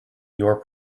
your